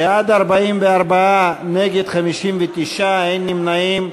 בעד, 44, נגד, 59, אין נמנעים.